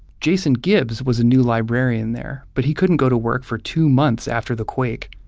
jason gibbs was a new librarian there, but he couldn't go to work for two months after the quake.